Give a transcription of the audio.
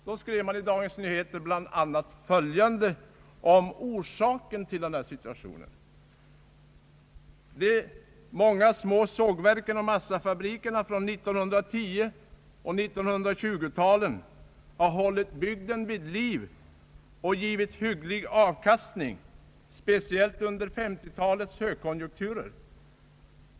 Då skrev Dagens Nyheter bl.a. följande om orsaken till den uppkomna situationen: »De många små sågverken och massafabrikerna från 1910 och 1920-talen har hållit bygden vid liv och givit hygglig avkastning, speciellt under femtitalets högkonjunkturer.